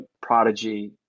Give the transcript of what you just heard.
prodigy